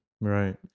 Right